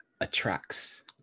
attracts